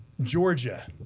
Georgia